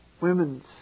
Women's